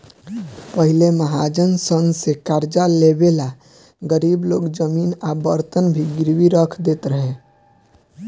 पहिले महाजन सन से कर्जा लेवे ला गरीब लोग जमीन आ बर्तन भी गिरवी रख देत रहे